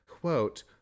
quote